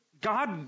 God